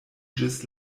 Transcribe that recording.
ĝis